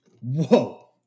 Whoa